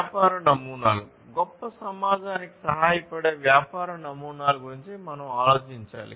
వ్యాపార నమూనాలు గొప్ప సమాజానికి సహాయపడే వ్యాపార నమూనాల గురించి మనం ఆలోచించాలి